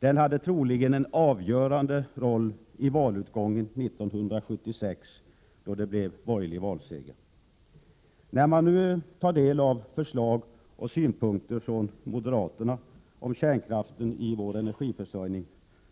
Den hade troligen en avgörande roll i valutgången 1976, då det blev borgerlig valseger. När man nu tar del av förslag och synpunkter från moderata samlingspartiet om kärnkraften i vår energiförsörjning,